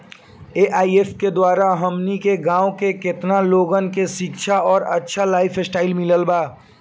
AIF के द्वारा हमनी के गांव में केतना लोगन के शिक्षा और अच्छा लाइफस्टाइल मिलल बा